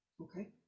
Okay